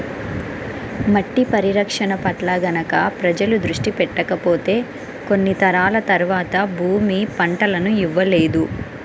మట్టి పరిరక్షణ పట్ల గనక ప్రజలు దృష్టి పెట్టకపోతే కొన్ని తరాల తర్వాత భూమి పంటలను ఇవ్వలేదు